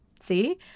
See